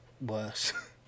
worse